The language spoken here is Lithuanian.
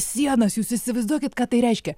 sienas jūs įsivaizduokit ką tai reiškia